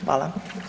Hvala.